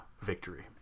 victory